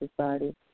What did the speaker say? society